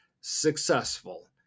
successful